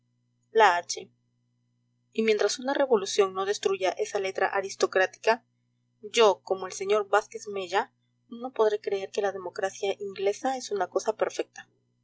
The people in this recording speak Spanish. la hache y mientras una revolución no destruya esa letra aristocrática yo como el sr vázquez mella no podré creer que la democracia inglesa es una cosa perfecta